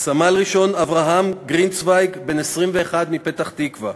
סמל-ראשון אברהם גרינצויג, בן 21, מפתח-תקווה,